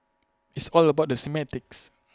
it's all about the semantics